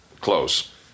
close